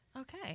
Okay